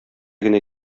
генә